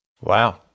Wow